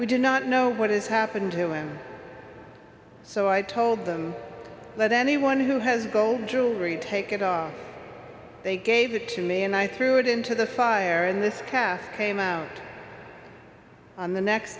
we do not know what has happened to him so i told them let anyone who has gold jewelry take it are they gave it to me and i threw it into the fire and this calf came out on the next